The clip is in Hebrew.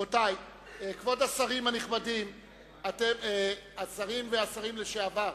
כבוד השרים הנכבדים, השרים והשרים לשעבר.